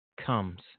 comes